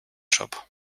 job